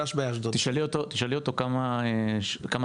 גם היא רופאה?